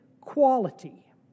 quality